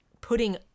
putting